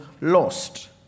lost